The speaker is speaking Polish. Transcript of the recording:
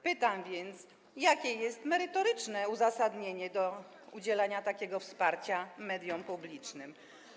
Pytam więc, jakie jest merytoryczne uzasadnienie udzielania takiego wsparcia mediom publicznym.